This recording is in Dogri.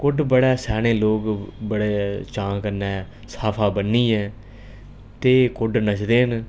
कुड्ड बड़ा स्याने लोग बड़े चांऽ कन्नै साफा बन्नियै ते कुड्ड नचदे